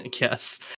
Yes